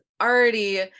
already